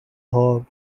hog